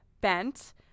bent